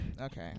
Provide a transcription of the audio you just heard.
Okay